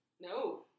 No